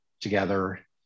together